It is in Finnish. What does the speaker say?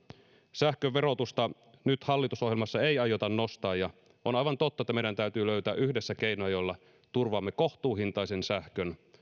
sähkön verotusta nyt hallitusohjelmassa ei aiota nostaa ja on aivan totta että meidän täytyy löytää yhdessä keinoja joilla turvaamme kohtuuhintaisen sähkön